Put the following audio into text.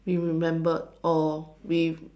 we remembered or we